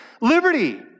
liberty